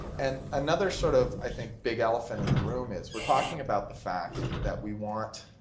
and another sort of i think big elephant in the room is we are talking about the fact that we want